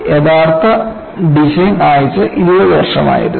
യഥാർത്ഥ ഡിസൈൻ ആയുസ്സ് 20 വർഷമായിരുന്നു